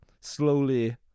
slowly